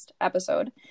episode